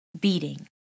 beating